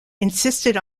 insisted